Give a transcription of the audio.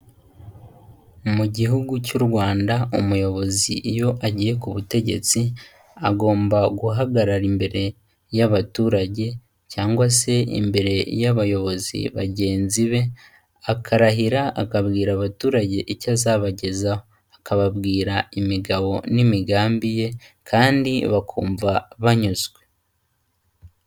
Mu gihugu cy'u Rwanda umuyobozi iyo agiye ku butegetsi, agomba guhagarara imbere y'abaturage cyangwa se imbere y'abayobozi bagenzi be, akarahira akabwira abaturage icyo azabagezaho. Akababwira imigabo n'imigambi ye, kandi bakumva banyuzwe.